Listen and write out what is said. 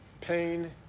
pain